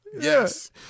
yes